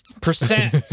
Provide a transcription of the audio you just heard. percent